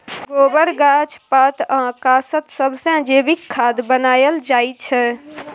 गोबर, गाछ पात आ कासत सबसँ जैबिक खाद बनाएल जाइ छै